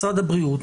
משרד הבריאות,